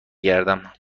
گردم